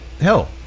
hell